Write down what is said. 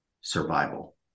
survival